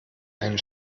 einen